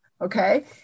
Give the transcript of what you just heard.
Okay